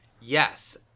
Yes